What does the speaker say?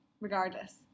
regardless